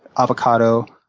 avocado,